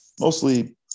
mostly